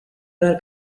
dar